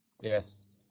Yes